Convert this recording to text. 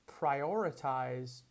prioritize